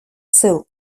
сил